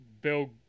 bill